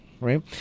right